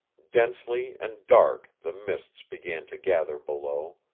densely and dark the mists began to gather below,